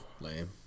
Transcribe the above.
lame